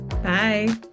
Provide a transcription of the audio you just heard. Bye